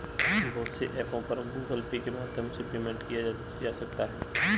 बहुत से ऐपों पर गूगल पे के माध्यम से पेमेंट किया जा सकता है